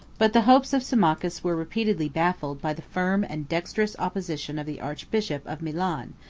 but the hopes of symmachus were repeatedly baffled by the firm and dexterous opposition of the archbishop of milan,